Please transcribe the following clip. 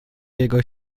jego